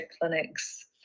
clinics